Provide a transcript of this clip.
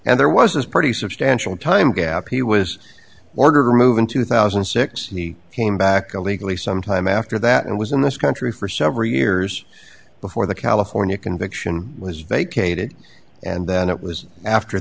and there was a pretty substantial time gap he was order move in two thousand and six and he came back a legally some time after that and was in this country for several years before the california conviction was vacated and then it was after